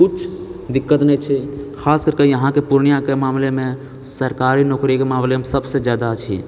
किछु दिक्कत नहि छै खास करि कऽ इहाँके पूर्णियाके मामलेमे सरकारी नौकरीके मामलेमे सभसँ जादा छै